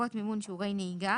לרבות מימון שיעורי נהיגה